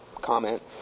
comment